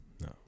No